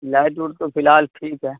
light vote تو فی الحال ٹھیک ہے